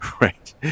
Right